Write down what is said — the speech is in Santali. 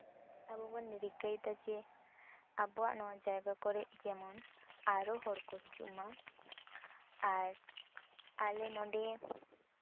ᱟᱵᱚ ᱵᱚᱱ ᱨᱤᱠᱟᱹᱭᱮᱫᱟ ᱡᱮ ᱟᱵᱚᱣᱟᱜ ᱱᱚᱣᱟ ᱡᱟᱭᱜᱟ ᱠᱚᱨᱮᱜ ᱡᱮᱢᱚᱱ ᱟᱨᱚ ᱦᱚᱲᱠᱚ ᱦᱤᱡᱩᱜ ᱢᱟ ᱟᱨ ᱟᱞᱮ ᱱᱚᱰᱮ